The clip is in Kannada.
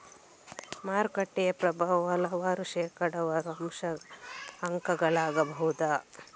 ಮಾರುಕಟ್ಟೆಯ ಪ್ರಭಾವವು ಹಲವಾರು ಶೇಕಡಾವಾರು ಅಂಕಗಳಾಗಬಹುದು